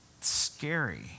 scary